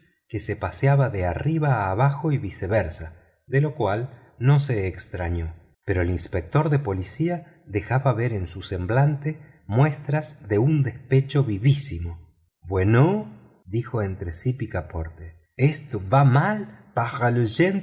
que se paseaba de arriba abajo y viceversa de lo cual no se extrañó pero el inspector de policía dejaba ver en su semblante muestras de un despecho vivísimo bueno dijo entre sí picaporte esto va mal para los